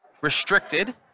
restricted